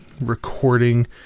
recording